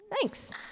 thanks